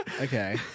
Okay